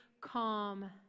calm